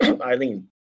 Eileen